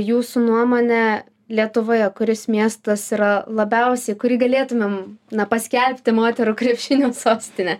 jūsų nuomone lietuvoje kuris miestas yra labiausiai kurį galėtumėm na paskelbti moterų krepšinio sostine